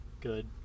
Good